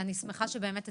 אני שמחה שבאמת הצלחנו,